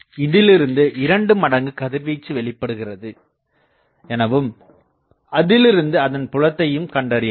இதிலிருந்து இரண்டு மடங்கு கதிர்வீச்சு வெளிப்படுகிறது எனவும் அதிலிருந்து அதன் புலத்தையும் கண்டறியலாம்